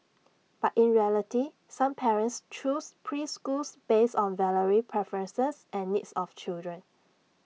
but in reality some parents choose preschools based on varying preferences and needs of children